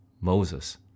Moses